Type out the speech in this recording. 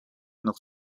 nog